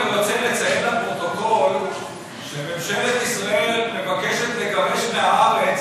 אני רק רוצה לציין לפרוטוקול שממשלת ישראל מבקשת לגרש מהארץ